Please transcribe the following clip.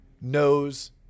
knows